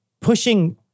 pushing